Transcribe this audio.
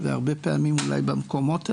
והרבה פעמים אולי במקומות האלה,